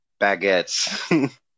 baguettes